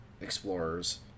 explorers